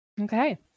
Okay